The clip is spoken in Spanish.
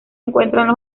encuentran